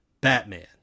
Batman